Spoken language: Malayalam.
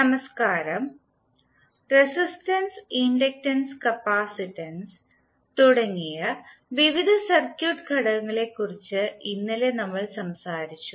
നമസ്കാരം റെസിസ്റ്റൻസ് ഇൻഡക്റ്റൻസ് കപ്പാസിറ്റൻസ് തുടങ്ങിയ വിവിധ സർക്യൂട്ട് ഘടകങ്ങളെക്കുറിച്ച് ഇന്നലെ നമ്മൾ സംസാരിച്ചു